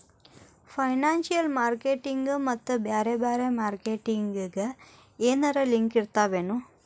Financial marketing ಮತ್ತ ಬ್ಯಾರೆ ಬ್ಯಾರೆ ಮಾರ್ಕೆಟಿಂಗ್ ಗೆ ಏನರಲಿಂಕಿರ್ತಾವೆನು?